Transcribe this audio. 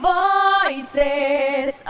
voices